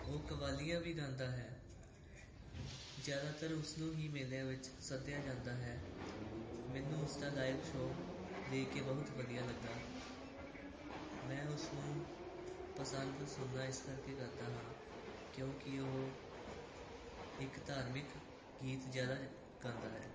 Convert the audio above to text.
ਉਹ ਕਵਾਲੀਆਂ ਵੀ ਗਾਉਂਦਾ ਹੈ ਜ਼ਿਆਦਾਤਰ ਉਸਨੂੰ ਹੀ ਮੇਲਿਆ ਵਿੱਚ ਸੱਦਿਆ ਜਾਂਦਾ ਹੈ ਮੈਨੂੰ ਉਸ ਦਾ ਲਾਈਵ ਸ਼ੋ ਦੇਖ ਕੇ ਬਹੁਤ ਵਧੀਆ ਲੱਗਿਆ ਮੈਂ ਉਸ ਨੂੰ ਪਸੰਦ ਸੁਣਨਾ ਇਸ ਕਰਕੇ ਕਰਦਾ ਹਾਂ ਕਿਉਂਕਿ ਉਹ ਇੱਕ ਧਾਰਮਿਕ ਗੀਤ ਜ਼ਿਆਦਾ ਗਾਉਂਦਾ ਹੈ